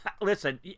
Listen